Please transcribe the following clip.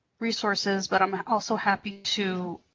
resources, but i'm also happy to